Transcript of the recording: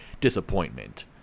disappointment